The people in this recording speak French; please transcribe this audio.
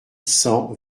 cent